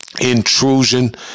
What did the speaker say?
intrusion